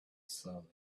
slowly